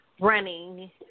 running